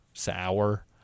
sour